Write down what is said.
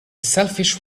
selfish